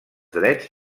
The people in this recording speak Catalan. drets